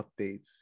updates